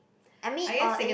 I mean orh eh